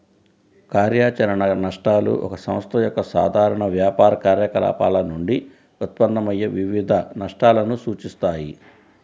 కార్యాచరణ నష్టాలు ఒక సంస్థ యొక్క సాధారణ వ్యాపార కార్యకలాపాల నుండి ఉత్పన్నమయ్యే వివిధ నష్టాలను సూచిస్తాయి